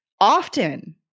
often